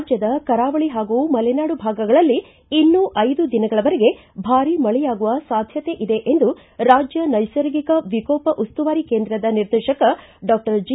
ರಾಜ್ಯದ ಕರಾವಳಿ ಹಾಗೂ ಮಲೆನಾಡು ಭಾಗಗಳಲ್ಲಿ ಇನ್ನೂ ಐದು ದಿನಗಳವರೆಗೆ ಭಾರೀ ಮಳೆಯಾಗುವ ಸಾಧ್ಯತೆ ಇದೆ ಎಂದು ರಾಜ್ಯ ನೈಸರ್ಗಿಕ ವಿಕೋಪ ಉಸ್ತುವಾರಿ ಕೇಂದ್ರದ ನಿರ್ದೇಶಕ ಡಾಕ್ಷರ್ ಜಿ